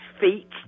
feet